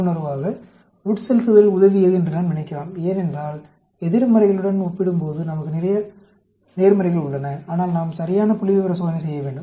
உள்ளுணர்வாக உட்செலுத்துதல் உதவியது என்று நாம் நினைக்கலாம் ஏனென்றால் எதிர்மறைகளுடன் ஒப்பிடும்போது நமக்கு நிறைய நேர்மறைகள் உள்ளன ஆனால் நாம் சரியான புள்ளிவிவர சோதனை செய்ய வேண்டும்